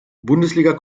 bundesliga